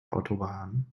autobahn